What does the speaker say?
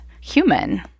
human